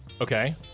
Okay